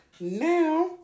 now